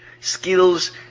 skills